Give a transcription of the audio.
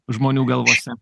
žmonių galvose